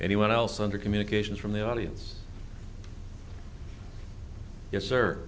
anyone else under communications from the audience yes sir